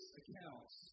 accounts